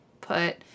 put